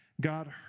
God